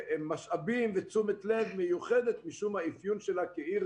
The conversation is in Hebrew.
משאבים ותשומת לב מיוחדת משום האפיון שלה כעיר,